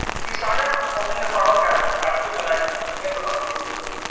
he started opening a sort of kind of strategic alliance against the bahmani rulers.